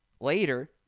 Later